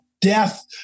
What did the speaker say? death